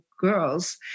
girls